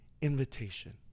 invitation